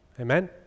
amen